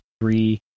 three